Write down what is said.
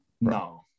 No